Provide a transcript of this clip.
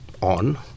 on